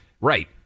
right